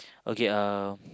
okay um